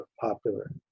popular